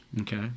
Okay